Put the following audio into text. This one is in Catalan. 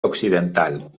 occidental